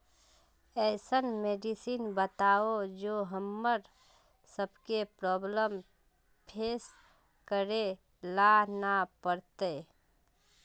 ऐसन मेडिसिन बताओ जो हम्मर सबके प्रॉब्लम फेस करे ला ना पड़ते?